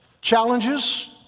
Challenges